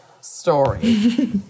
story